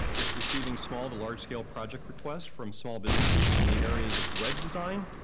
it's receiving small to large scale project requests from small businesses in the areas of web design,